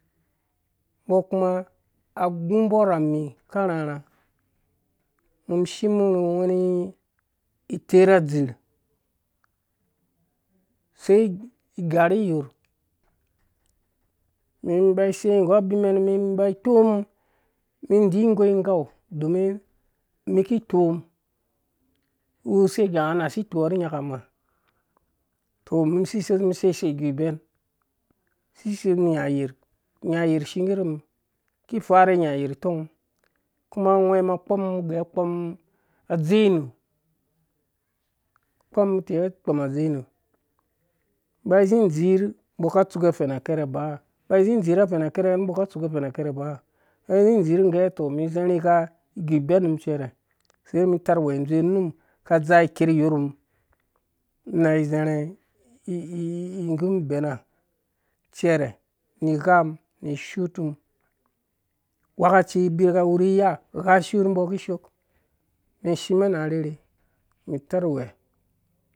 Mbɔ kuma agumborhami ka rharha mum ishem nu wani iter adzir sai igariyorh mum mba isei nggo abimɛn mum mba ikpom mi digau igoi igai domin mum ki kpoomum wuku sei ngganga na si kpoa ni nyakam ha tɔh mum sei sei mum sei sei igu ibɛn si sei sɔn inya yerh inya yerh shiggah ru mum ki farhe inya yerh ongmum agohɛ mum a kpomum ge akpom adzee imu kpom ti kpom adze inu zi dzir ka tsuke fena kɛra benga ba zi dzir ngɛ tɔ mi zarhi gha igu iben mum cɛrɛ sei mum tarh uwɛdzo we unum ka dza ikerh iyorh mum na zarha igum ibena cɛrɛ nu igha nu ishutum agwhekaci bika whrhi iya gha shur mbɔ kishoo mɛm shimɛm na arherhe mum tarh uwe,